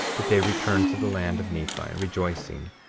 that they returned to the land of nephi, rejoicing,